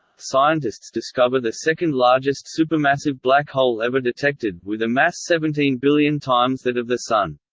scientists discover the second-largest supermassive black hole ever detected, with a mass seventeen billion times that of the sun.